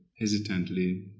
hesitantly